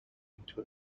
into